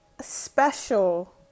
special